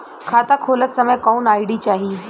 खाता खोलत समय कौन आई.डी चाही?